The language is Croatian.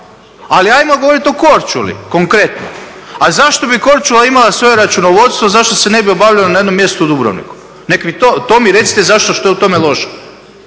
Ali ajmo govoriti o Korčuli, konkretno. A zašto bi Korčula imala svoje računovodstvo, zašto se ne bi obavljalo na jednom mjestu u Dubrovniku? Nek mi to, to mi recite zašto, što je u tome loše?